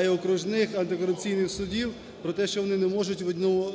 й окружних антикорупційних судів про те, що вони не можуть одну…